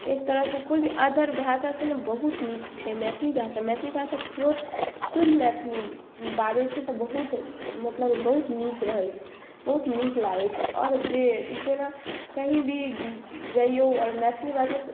एक तरहसे कोइ भी अदर भाषासे ने बहुत नीक छै मैथिली भाषा मैथिली भाषा पिओर शुद्ध मैथिली बाजै छै तऽ बहुत मतलब बहुत नीक रहै छै बहुत नीक लागै छै आओर जे जेना कहीँ भी जइऔ आओर मैथिली बाजू